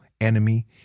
enemy